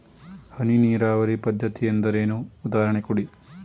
ಹನಿ ನೀರಾವರಿ ಪದ್ಧತಿ ಎಂದರೇನು, ಉದಾಹರಣೆ ಕೊಡಿ?